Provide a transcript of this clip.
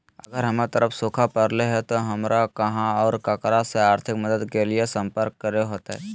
अगर हमर तरफ सुखा परले है तो, हमरा कहा और ककरा से आर्थिक मदद के लिए सम्पर्क करे होतय?